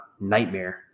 nightmare